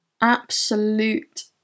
absolute